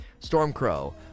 Stormcrow